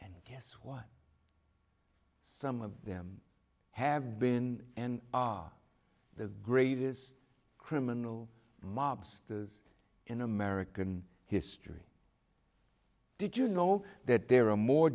guess why some of them have been and are the greatest criminal mobsters in american history did you know that there are more